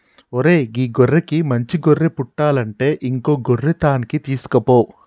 ఓరై గీ గొర్రెకి మంచి గొర్రె పుట్టలంటే ఇంకో గొర్రె తాన్కి తీసుకుపో